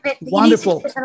wonderful